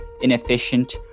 inefficient